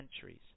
centuries